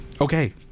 Okay